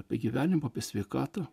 apie gyvenimą apie sveikatą